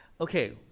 okay